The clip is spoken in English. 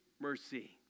mercy